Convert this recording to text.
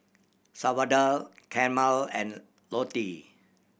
Salvador Carmel and Lottie